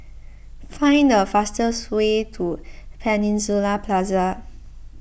find the fastest way to Peninsula Plaza